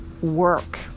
work